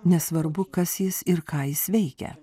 nesvarbu kas jis ir ką jis veikia